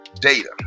data